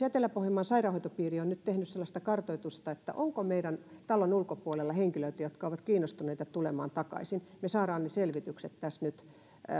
etelä pohjanmaan sairaanhoitopiirissä nyt tehneet kartoitusta onko meidän talon ulkopuolella henkilöitä jotka ovat kiinnostuneita tulemaan takaisin me saamme ne selvitykset tässä nyt